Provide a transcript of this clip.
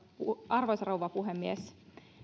arvoisa rouva puhemies